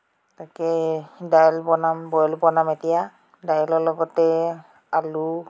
তাকে দাইল বনাম বইল বনাম এতিয়া দাইলৰ লগতে আলু